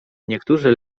niektórzy